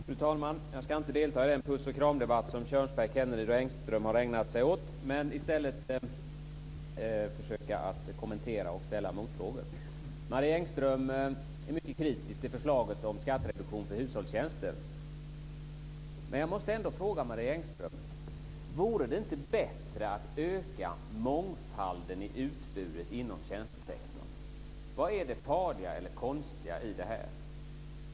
Fru talman! Jag ska inte delta i den puss och kram-debatt som Kjörnsberg, Kenneryd och Engström har ägnat sig åt. I stället ska jag försöka kommentera och ställa motfrågor. Marie Engström är mycket kritisk till förslaget om skattereduktion för hushållstjänster. Jag måste fråga Marie Engström: Vore det inte bättre att öka mångfalden i utbudet inom tjänstesektorn? Vad är det farliga eller konstiga i detta?